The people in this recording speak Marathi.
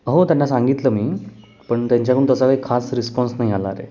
हो त्यांना सांगितलं मी पण त्यांच्याकडून तसा काही खास रिस्पॉन्स नाही आला रे